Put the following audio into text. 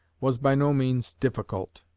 was by no means difficult.